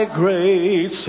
great